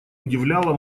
удивляло